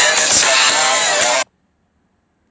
it's my alarm lah